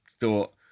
thought